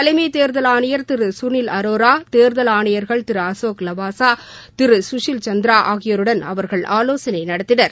தலைமை தேர்தல் ஆணையர் திரு சுனில் அரோரா தேர்தல் ஆணையர்கள் திரு அசோக் லவாசா திரு சுஷில் சந்திரா ஆகியோருடன் அவர்கள் ஆலோசனை நடத்தினர்